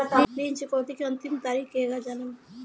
ऋण चुकौती के अंतिम तारीख केगा जानब?